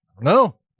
no